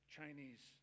Chinese